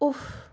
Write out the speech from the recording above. উফ